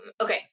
okay